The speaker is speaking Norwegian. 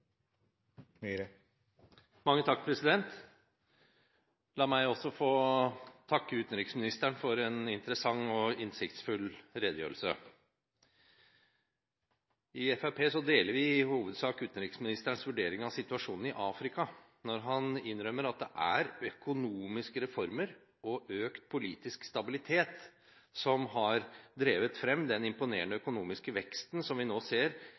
La også meg få takke utenriksministeren for en interessant og innsiktsfull redegjørelse. I Fremskrittspartiet deler vi i hovedsak utenriksministerens vurdering av situasjonen i Afrika når han innrømmer at det er økonomiske reformer og økt politisk stabilitet som har drevet frem den imponerende økonomiske veksten som vi nå ser